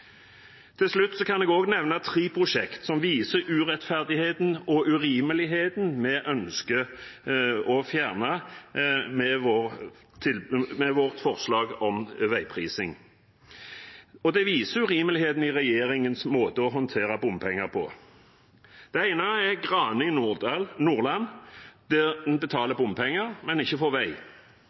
Til slutt kan jeg nevne tre prosjekter som viser urettferdigheten og urimeligheten vi ønsker å fjerne med vårt forslag om veiprising. Det viser urimeligheten i regjeringens måte å håndtere bompenger på. Det ene er Grane i Nordland, der en betaler bompenger, men ikke får vei.